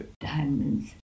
diamonds